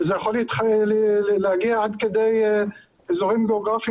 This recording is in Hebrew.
זה יכול להגיע עד כדי אזורים גאוגרפיים